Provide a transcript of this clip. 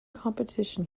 competition